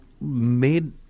made